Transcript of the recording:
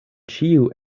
ĉiu